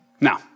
Now